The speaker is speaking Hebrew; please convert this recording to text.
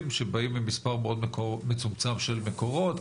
שבאים ממספר מאוד מצומצם של מקורות,